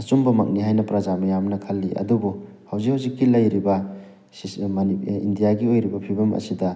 ꯑꯆꯨꯝꯕꯃꯛꯅꯤ ꯍꯥꯏꯅ ꯄ꯭ꯔꯖꯥ ꯃꯤꯌꯥꯝꯅ ꯈꯜꯂꯤ ꯑꯗꯨꯕꯨ ꯍꯧꯖꯤꯛ ꯍꯧꯖꯤꯛꯀꯤ ꯂꯩꯔꯤꯕ ꯏꯟꯗꯤꯌꯥꯒꯤ ꯑꯣꯏꯔꯤꯕ ꯐꯤꯕꯝ ꯑꯁꯤꯗ